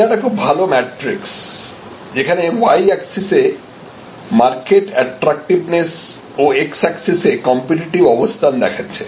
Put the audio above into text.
এটা একটা খুব ভালো ম্যাট্রিক্স যেখানে Y অ্যাক্সিসে মার্কেট অ্যাট্রাক্টিভনেস ও X অ্যাক্সিসে কম্পিটিটিভ অবস্থান দেখাচ্ছে